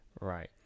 Right